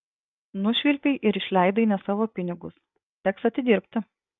nušvilpei ir išleidai ne savo pinigus teks atidirbti